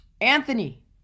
Anthony